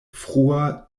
frua